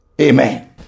Amen